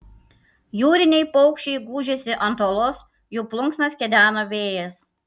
jūriniai paukščiai gūžėsi ant uolos jų plunksnas kedeno vėjas